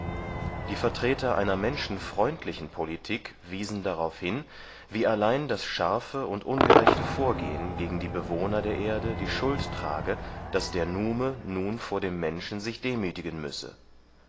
die vertreter einer menschenfreundlichen politik wiesen darauf hin wie allein das scharfe und ungerechte vorgehen gegen die bewohner der erde die schuld trage daß der nume nun vor dem menschen sich demütigen müsse